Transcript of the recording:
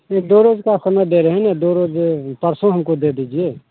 दो रोज का समय दे रहे हैं ना दो रोज परसों हमको दे दीजिए